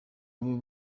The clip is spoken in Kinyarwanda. abo